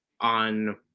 on